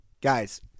guys